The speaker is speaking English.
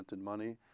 money